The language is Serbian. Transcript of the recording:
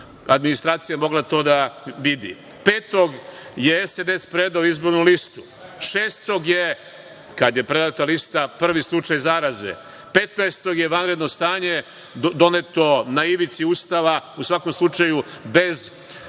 administracija, mogao je to da vidi. Petog je SNS predao izbornu listu. Šestog je, kada je predata lista, prvi slučaj zaraze. Petnaestog je vanredno stanje doneto na ivici Ustava. U svakom slučaju, bez nepotrebne